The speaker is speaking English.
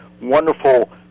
wonderful